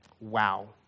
Wow